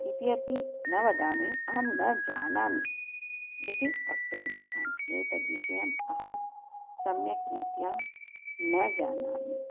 इति अपि न वदामि अहं न जानामि इति वक्तुम् इच्छामि एतद्विषयम् अहं सम्यक् रीत्या न जानामि